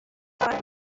کار